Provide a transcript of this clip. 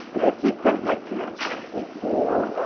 have to credit my parents, actually, for